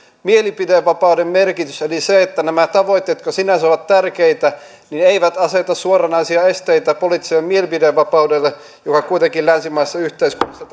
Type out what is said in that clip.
mielipidevapauden merkitys eli se että nämä tavoitteet jotka sinänsä ovat tärkeitä eivät aseta suoranaisia esteitä poliittiselle mielipidevapaudelle jota kuitenkin länsimaisessa yhteiskunnassa